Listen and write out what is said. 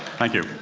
thank you.